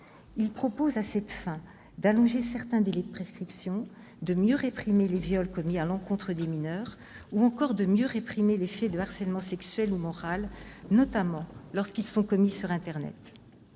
il propose à cette fin d'allonger certains délais de prescription, de mieux réprimer les viols commis à l'encontre des mineurs, ou encore de mieux réprimer les faits de harcèlement sexuel ou moral, notamment lorsqu'ils sont commis sur internet.